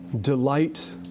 delight